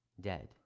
dead